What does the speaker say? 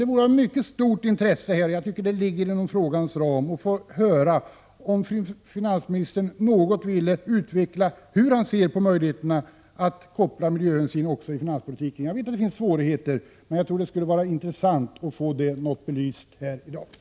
Det vore av mycket stort intresse — och det ligger inom frågans ram — att få höra om finansministern något ville utveckla hur han ser på möjligheterna att ta miljöhänsyn också i finanspolitiken. Jag vet att det finns svårigheter, men det vore intressant att få denna fråga något belyst i dag.